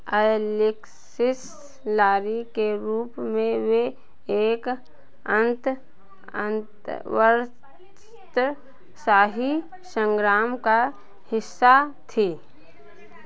Alexis Lowry के रूप में वह एक अन्त अन्त वस्त्र शाही सन्ग्राम का हिस्सा थीं